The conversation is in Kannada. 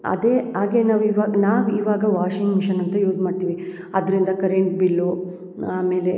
ಅದೇ ಹಾಗೇ ನಾವು ಇವಾಗ ನಾವು ಇವಾಗ ವಾಷಿಂಗ್ ಮಿಷಿನ್ ಅಂತ ಯೂಸ್ ಮಾಡ್ತೀವಿ ಅದರಿಂದ ಕರೆಂಟ್ ಬಿಲ್ಲು ಆಮೇಲೆ